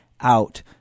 out